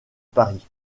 paris